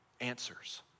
answers